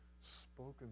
spoken